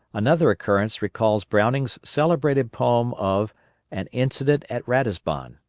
another occurrence recalls browning's celebrated poem of an incident at ratisbon.